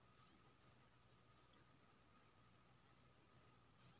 ऋणदाता ओ भेलय जे लोक केँ ऋण दैत छै